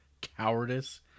cowardice